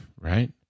Right